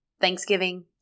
Thanksgiving